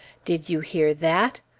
did you hear that?